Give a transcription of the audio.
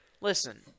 Listen